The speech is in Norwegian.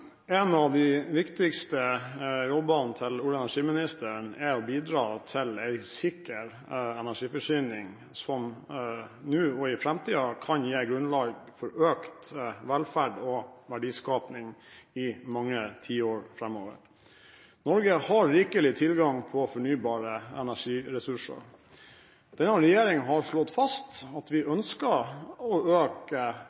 En av de viktigste jobbene til olje- og energiministeren er å bidra til en sikker energiforsyning som nå og i framtiden kan gi grunnlag for økt velferd og verdiskaping i mange tiår framover. Norge har rikelig tilgang på fornybare energiressurser. Denne regjeringen har slått fast at vi